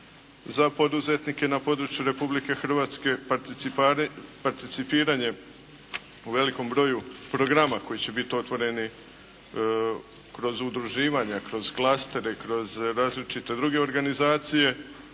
za poduzetnike na području Republike Hrvatske, participiranje u velikom broju programa koji će biti otvoreni kroz udruživanja, kroz klastere, kroz različite druge organizacije